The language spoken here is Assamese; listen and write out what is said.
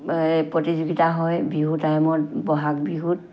এই প্ৰতিযোগিতা হয় বিহু টাইমত বহাগ বিহুত